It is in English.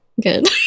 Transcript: good